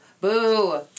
boo